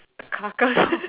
carcass